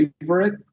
favorite